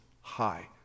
high